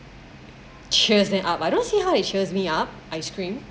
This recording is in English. cheers them up I don't see how it cheers me up ice cream